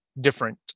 different